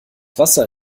wasser